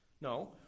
No